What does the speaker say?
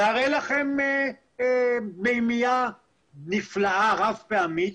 והרי לכם מימיה נפלאה רב פעמית.